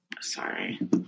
Sorry